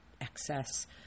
excess